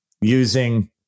using